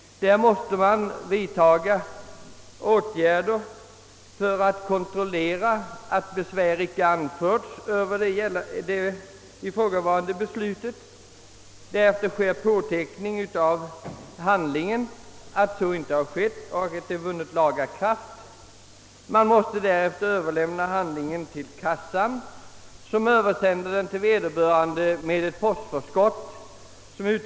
Där måste det kontrolleras att besvär icke anförts över ifrågavarande beslut. Därefter sker påteckning på handlingen om att besvär icke anförts och att beslutet har vunnit laga kraft. Sedan måste handlingen överlämnas till kassan, som översänder den till vederbörande mot postförskott.